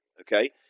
Okay